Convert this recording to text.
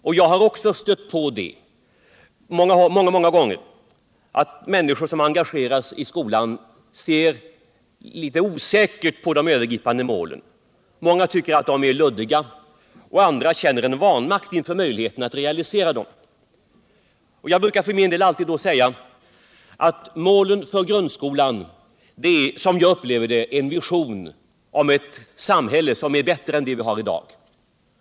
Även jag har många gånger kunnat konstatera att de som är engagerade inom skolan är osäkra när det gäller dessa övergripande mål. Mänga tycker att de är luddiga, och andra känner en vanmakt inför möjligheten att realisera dem. Niär någon framför liknande tankegångar till mig. brukar jag för min del alltid säga att målet för grundskolan är som Iag upplever det en vision om ett samhälle som är bättre än det vi har nu.